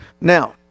Now